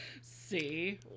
See